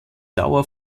dauer